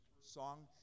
song